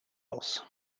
else